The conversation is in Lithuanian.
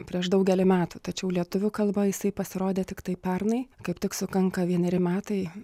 prieš daugelį metų tačiau lietuvių kalba jisai pasirodė tiktai pernai kaip tik sukanka vieneri metai